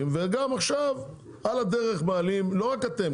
וגם עכשיו על הדרך מעלים לא רק אתם,